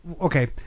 Okay